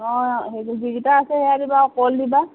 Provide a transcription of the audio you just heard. অঁ যিকেইটা আছে সেয়া দিবা আৰু কল দিবা